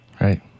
Right